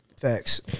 Facts